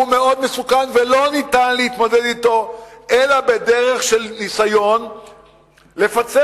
ולא ניתן להתמודד אתו אלא בדרך של ניסיון לפצל